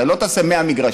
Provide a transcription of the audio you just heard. הרי לא תעשה 100 מגרשים.